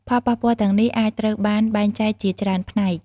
ផលប៉ះពាល់ទាំងនេះអាចត្រូវបានបែងចែកជាច្រើនផ្នែក៖